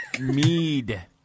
Mead